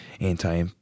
anti